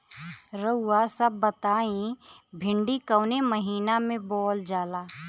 रउआ सभ बताई भिंडी कवने महीना में बोवल जाला?